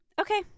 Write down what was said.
okay